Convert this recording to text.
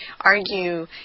argue